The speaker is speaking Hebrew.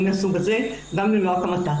מן הסוג הזה גם ללא הקמת מחלקה ייעודית.